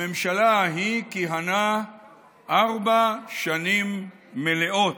הממשלה ההיא כיהנה ארבע שנים מלאות.